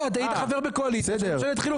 היית חבר בקואליציה בממשלת חילופין.